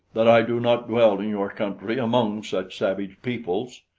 that i do not dwell in your country among such savage peoples.